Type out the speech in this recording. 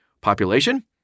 Population